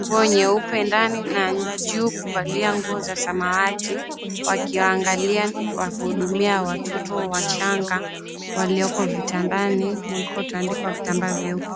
nguo nyeupe ndani na juu kuvalia nguo za samawati, wakiwaangalia na kuhudumia watoto wachanga walioko vitandani mliko mtaandikwa vitambaa vyeupe.